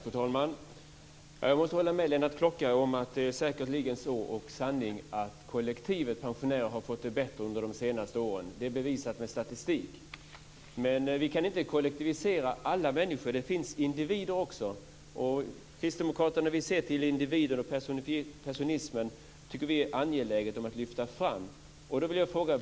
Fru talman! Jag måste hålla med Lennart Klockare att det säkert ligger en sanning i att kollektivet pensionärer har fått det bättre under de senaste åren. Det är bevisat med statistik. Men vi kan inte kollektivisera alla människor. Det finns individer också. Kristdemokraterna vill se till individer, och vi tycker att det är angeläget att lyfta fram personerna.